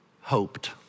hoped